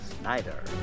Snyder